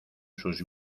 sus